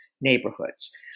neighborhoods